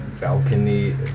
balcony